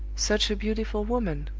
such a beautiful woman!